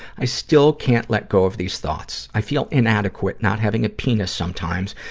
i still can't let go of these thoughts. i feel inadequate not having a penis sometimes,